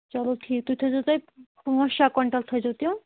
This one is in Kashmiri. چلو ٹھیٖک تُہۍ تھٲے زیو تیٚلہِ پانٛژھ شےٚ کۄیِنٛٹَل تھٲے زیو تِم